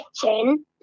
kitchen